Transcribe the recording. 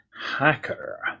Hacker